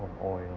on oil